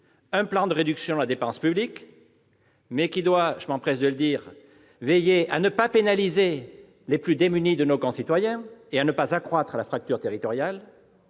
un plan de réduction de la dépense publique, dont je m'empresse de dire qu'il ne devra pas pénaliser les plus démunis de nos concitoyens ni accroître la fracture territoriale,